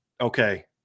okay